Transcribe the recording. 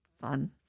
fun